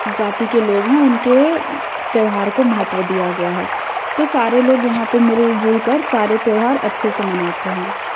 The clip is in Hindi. जाति के लोग हैं उनके त्योहार को महत्व दिया गया है तो सारे लोग यहाँ पे मिलजुल कर सारे त्योहार अच्छे से मनाते हैं